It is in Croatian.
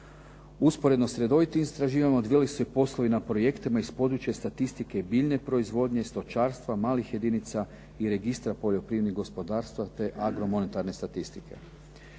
Usporedno s redovitim istraživanjima, odvijali su se poslovi na projektima iz područja statistike biljne proizvodnje, stočarstva, malih jedinica i registra poljoprivrednih gospodarstava te agromonetarne statistike.